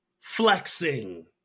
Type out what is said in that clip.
Flexing